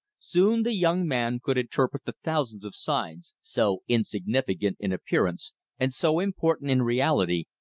soon the young man could interpret the thousands of signs, so insignificant in appearance and so important in reality,